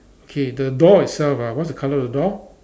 okay the door itself ah what's the colour of the door